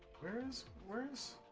barons words